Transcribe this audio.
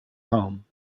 home